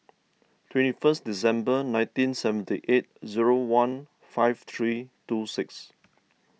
twenty first December nineteen seventy eight zero one five three two six